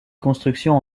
constructions